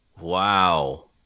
Wow